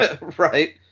right